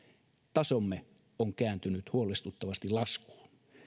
tasomme on kääntynyt huolestuttavasti laskuun